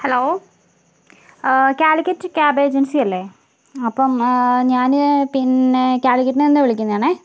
hello Calicut cab ഏജൻസിയല്ലേ അപ്പോൾ ഞാൻ പിന്നെ കാലിക്കറ്റിൽ നിന്ന് വിളിക്കുന്നതാണേ